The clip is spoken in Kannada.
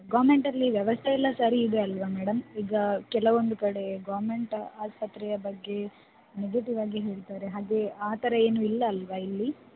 ಗೌರ್ಮೆಂಟಲ್ಲಿ ವ್ಯವಸ್ಥೆಯೆಲ್ಲ ಸರಿ ಇದೆ ಅಲ್ವಾ ಮೇಡಮ್ ಈಗ ಕೆಲವೊಂದು ಕಡೆ ಗೌರ್ಮೆಂಟ್ ಆಸ್ಪತ್ರೆಯ ಬಗ್ಗೆ ನೆಗೆಟಿವ್ ಆಗಿ ಹೇಳ್ತಾರೆ ಹಾಗೇ ಆ ಥರ ಏನೂ ಇಲ್ಲ ಅಲ್ವಾ ಇಲ್ಲಿ